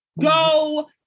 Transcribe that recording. go